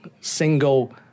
single